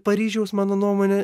paryžiaus mano nuomone